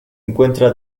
encuentra